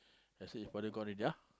just say your father gone already !huh!